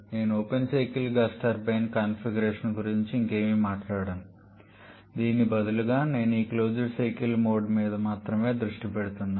నేను open cycle gas turbine configuration గురించి ఇంకేమీ మాట్లాడను దీనికి బదులుగా నేను ఈ క్లోజ్డ్ సైకిల్ మోడ్ మీద మాత్రమే దృష్టి పెడుతున్నాను